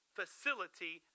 facility